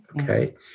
Okay